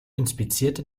inspizierte